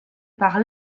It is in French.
par